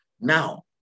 Now